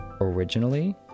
originally